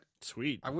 Sweet